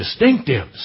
Distinctives